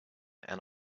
and